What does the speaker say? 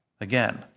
Again